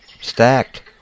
stacked